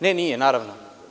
Ne, nije, naravno.